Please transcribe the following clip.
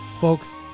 Folks